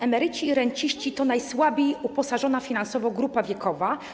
Emeryci i renciści to najsłabiej uposażona finansowo grupa wiekowa.